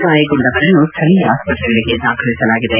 ಗಾಯಗೊಂಡವರನ್ನು ಸ್ವಳೀಯ ಆಸ್ತ್ರೆಗಳಗೆ ದಾಖಲಿಸಲಾಗಿದೆ